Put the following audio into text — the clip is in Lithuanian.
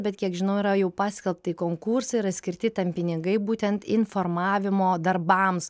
bet kiek žinau yra jau paskelbti konkursai yra skirti tam pinigai būtent informavimo darbams